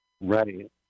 Right